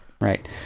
right